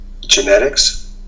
Genetics